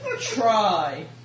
Try